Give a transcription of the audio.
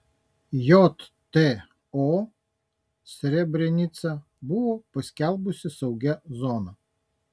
jto srebrenicą buvo paskelbusi saugia zona